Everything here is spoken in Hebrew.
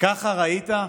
ככה ראית?